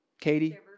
Katie